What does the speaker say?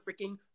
freaking